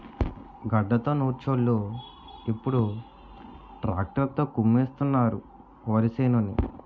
గడ్డతో నూర్చోలు ఇప్పుడు ట్రాక్టర్ తో కుమ్మిస్తున్నారు వరిసేనుని